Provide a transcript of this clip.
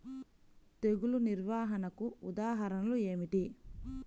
తెగులు నిర్వహణకు ఉదాహరణలు ఏమిటి?